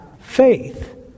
faith